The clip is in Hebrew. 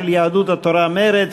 של יהדות התורה ומרצ,